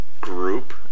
group